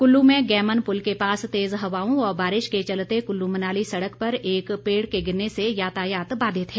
कुल्लू में गेमन पुल के पास तेज हवाओं व बारिश के चलते कुल्लू मनाली सड़क पर एक पेड़ के गिरने से यातायात बाधित है